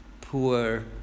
poor